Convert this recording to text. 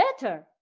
better